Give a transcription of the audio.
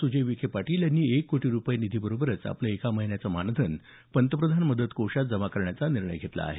सुजय विखे पाटील यांनी एक कोटी रूपये निधीबरोबरच आपलं एका महिन्याचं मानधन पंतप्रधान मदत कोषात जमा करण्याचा निर्णय घेतला आहे